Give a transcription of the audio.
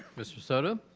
mr. soto?